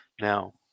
Now